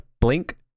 Blink